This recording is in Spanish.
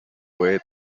puede